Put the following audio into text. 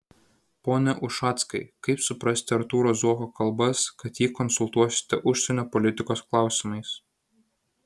pone ušackai kaip suprasti artūro zuoko kalbas kad jį konsultuosite užsienio politikos klausimais